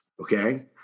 Okay